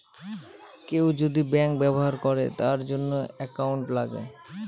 কেউ যদি ব্যাঙ্ক ব্যবহার করে তার জন্য একাউন্ট লাগে